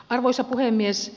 arvoisa puhemies